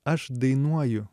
aš dainuoju